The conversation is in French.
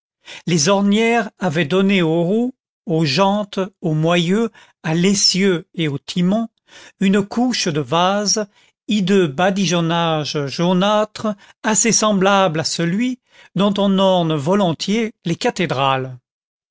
les ornières avaient donné aux roues aux jantes aux moyeux à l'essieu et au timon une couche de vase hideux badigeonnage jaunâtre assez semblable à celui dont on orne volontiers les cathédrales